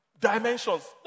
dimensions